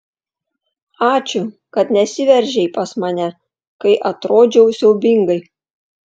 ačiū kad nesiveržei pas mane kai atrodžiau siaubingai